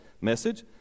message